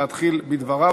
להתחיל בדבריו.